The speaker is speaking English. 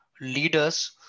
leaders